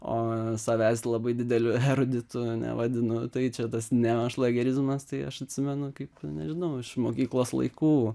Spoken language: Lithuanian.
o savęs labai dideliu eruditu nevadinu tai čia tas neošlagerizmas tai aš atsimenu kaip nežinau iš mokyklos laikų